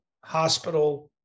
hospital